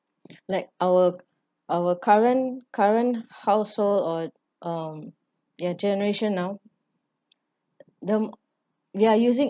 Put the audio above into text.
like our our current current household or um your generation now the they're using